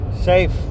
Safe